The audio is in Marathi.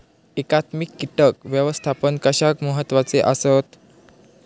एकात्मिक कीटक व्यवस्थापन कशाक महत्वाचे आसत?